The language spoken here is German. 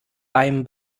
beim